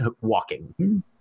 walking